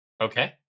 Okay